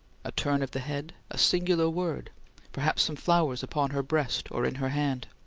a turn of the head, a singular word perhaps some flowers upon her breast or in her hand.